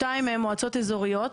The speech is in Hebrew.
שתיים מהן מועצות אזוריות.